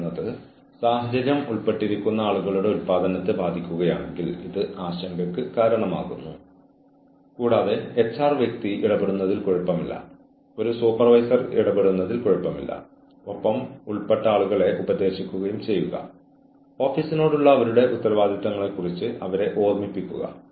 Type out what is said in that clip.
പക്ഷേ ആ അധികാരം ഉപയോഗിച്ച് ഞങ്ങളുടെ എല്ലാ ജീവനക്കാർക്കും അവരുടെ ജോലിയിൽ വിജയിക്കാൻ മതിയായ അവസരം നൽകുന്നതിന് നീതിപൂർവ്വം പെരുമാറുക എന്ന വളരെ വലിയ ഉത്തരവാദിത്തവും ഞങ്ങൾ ഏറ്റെടുക്കുന്നു